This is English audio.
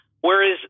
Whereas